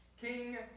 King